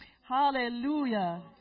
Hallelujah